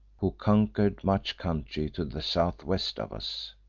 who conquered much country to the south-west of us.